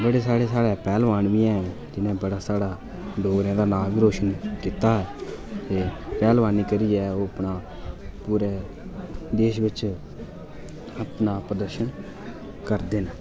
जेह्ड़े साढ़े पहलवान बी हैन जिन्ने साढ़ा बड़ा डोगरें दा नांऽ बी रोशन कीता पहलवानी करियै ओह् अपने पूरे देश बिच अपना प्रदर्शन करदे न